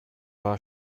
war